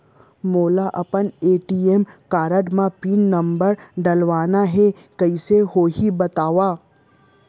मोला अपन ATM card म पिन नंबर डलवाना हे कइसे होही बतावव?